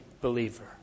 believer